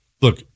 look